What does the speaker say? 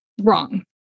wrong